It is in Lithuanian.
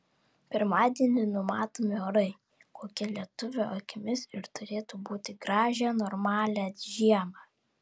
pirmadienį numatomi orai kokie lietuvio akimis ir turėtų būti gražią normalią žiemą